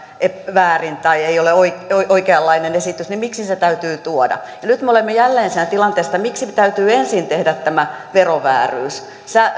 väärin tai ei ole oikeanlainen esitys niin miksi se täytyy tuoda nyt me olemme jälleen siinä tilanteessa että miksi täytyy ensin tehdä tämä verovääryys